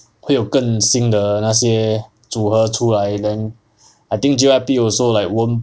会有更新的那些组合出来 then I think J_Y_P also like won't